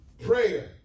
prayer